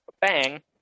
bang